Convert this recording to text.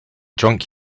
drunk